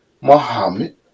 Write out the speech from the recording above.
Muhammad